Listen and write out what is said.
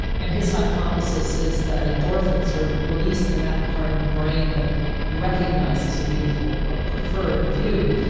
and his hypothesis is that endorphins are released in that part of the brain that recognizes a beautiful or preferred view.